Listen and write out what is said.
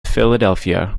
philadelphia